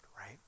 right